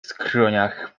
skroniach